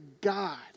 God